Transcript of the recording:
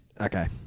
okay